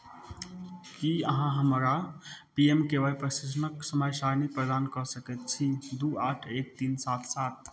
की अहाँ हमरा P M K Y प्रशिक्षणक समय सारणी प्रदान कऽ सकैत छी दू आठ एक तीन सात सात